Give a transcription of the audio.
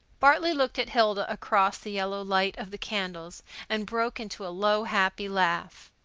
bartley looked at hilda across the yellow light of the candles and broke into a low, happy laugh.